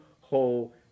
whole